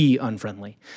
unfriendly